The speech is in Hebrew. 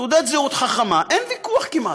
תעודת זהות חכמה, אין ויכוח כמעט.